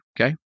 okay